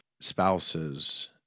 spouses